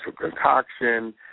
concoction